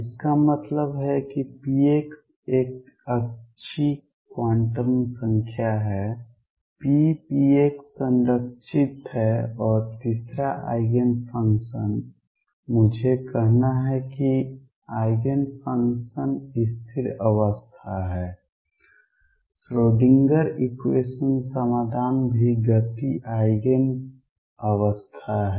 इसका मतलब है कि px एक अच्छी क्वांटम संख्या है p px संरक्षित है और तीसरा आइगेन फंक्शन्स मुझे कहना है कि आइगेन फंक्शन्स स्थिर अवस्था है श्रोडिंगर इक्वेशन समाधान भी गति आइगेन अवस्था हैं